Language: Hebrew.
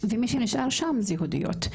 ומי שנשאר שם זה יהודיות,